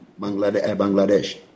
Bangladesh